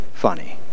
funny